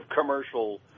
commercial